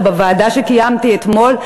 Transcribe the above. ובישיבת הוועדה שקיימתי אתמול,